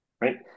right